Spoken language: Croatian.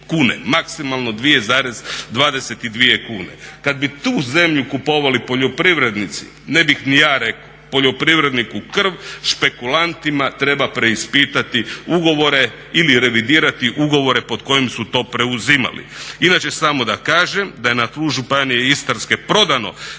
kune, maksimalno 2,22 kune. Kad bih tu zemlju kupovali poljoprivrednici ne bih ni ja rekao, poljoprivredniku krv, špekulantima treba preispitati ugovore ili revidirati ugovore pod kojim su to preuzimali. Inače samo da kažem da je na tlu Županije Istarske prodano